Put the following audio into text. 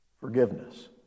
forgiveness